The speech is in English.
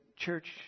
church